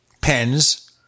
pens